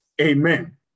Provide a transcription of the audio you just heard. Amen